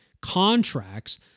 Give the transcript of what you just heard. contracts